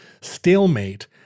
stalemate